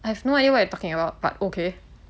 I have no idea what you talking about but okay